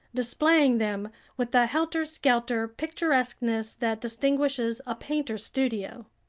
displaying them with the helter-skelter picturesqueness that distinguishes a painter's studio.